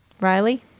Riley